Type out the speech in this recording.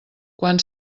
quan